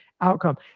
outcome